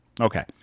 Okay